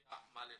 יוליה מלינובסקי.